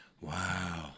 wow